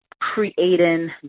creating